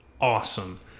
awesome